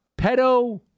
Pedo